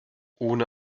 ohne